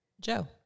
Joe